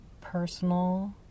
personal